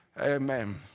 Amen